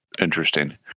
interesting